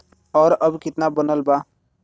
और अब कितना बनल बा?